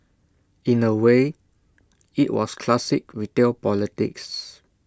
in A way IT was classic retail politics